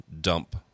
dump